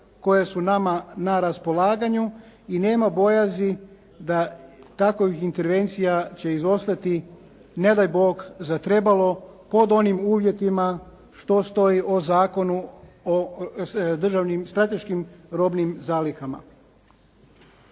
koje su nama na raspolaganju i nema bojazni da takovih intervencija će izostati ne daj Bog zatrebalo pod onim uvjetima što stoji o Zakonu o državnim, strateškim robnim zalihama.